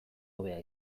hobea